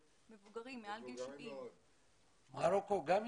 מבוגרים מעל גיל 70. מרוקו גם יש?